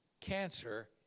cancer